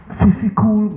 physical